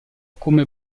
come